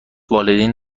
والدین